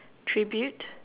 tribute